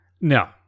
No